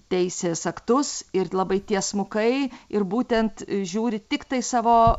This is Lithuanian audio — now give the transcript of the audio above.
teisės aktus ir labai tiesmukai ir būtent žiūri tiktai savo